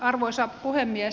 arvoisa puhemies